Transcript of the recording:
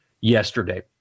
yesterday